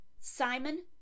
Simon